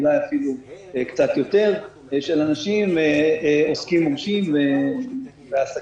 אולי אפילו קצת יותר של אנשים ועסקים וכו',